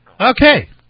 Okay